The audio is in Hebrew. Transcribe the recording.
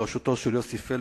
בראשותו של יוסי פלדמן,